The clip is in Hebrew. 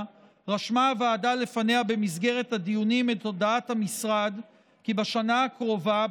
רשמה הוועדה לפניה במסגרת הדיונים את הודעת המשרד כי בשנה הקרובה,